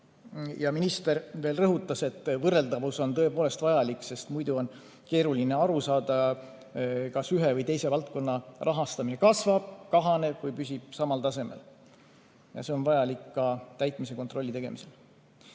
Minister veel rõhutas, et võrreldavus on tõepoolest vajalik, sest muidu on keeruline aru saada, kas ühe või teise valdkonna rahastamine kasvab, kahaneb või püsib samal tasemel. See on vajalik ka täitmise kontrolli tegemisel.